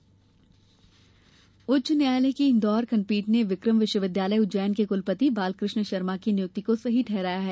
उच्च न्यायालय उच्च न्यायालय की इंदौर खंडपीठ ने विक्रम विश्वविद्यालय उज्जैन के कलपति बालकृष्ण शर्मा की नियुक्ति को सही ठहराया है